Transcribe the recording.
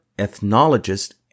ethnologist